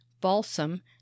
balsam